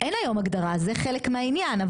אין היום הגדרה זה חלק מהעניין,